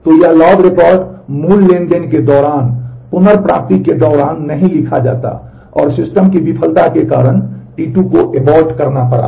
तो यह log record मूल ट्रांज़ैक्शन के दौरान पुनर्प्राप्ति के दौरान नहीं लिखा जाता है और सिस्टम की विफलता के कारण T2 को एबोर्ट करना पड़ा